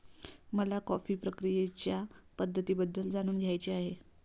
मला कॉफी प्रक्रियेच्या पद्धतींबद्दल जाणून घ्यायचे आहे